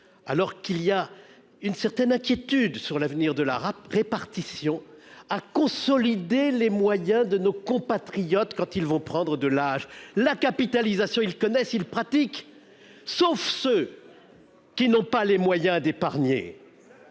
alors qu'il y a une certaine inquiétude sur l'avenir du régime par répartition, à consolider les moyens de nos compatriotes quand ils vont prendre de l'âge ? La capitalisation, ils la connaissent et la pratiquent, sauf lorsqu'ils n'ont pas les moyens d'épargner.